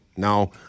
No